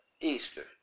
Easter